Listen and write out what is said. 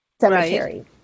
cemetery